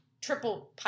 triple